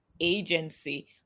Agency